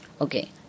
Okay